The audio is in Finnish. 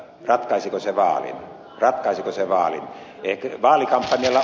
ratkaisiko se väärin ratkaisi kysymään eikö vanha vaalin